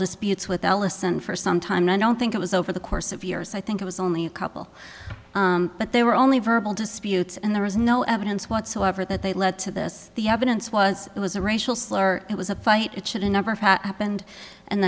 disputes with ellison for some time i don't think it was over the course of years i think it was only a couple but they were only verbal disputes and there was no evidence whatsoever that they lead to this the evidence was it was a racial slur it was a fight it should a number of happened and